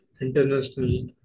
international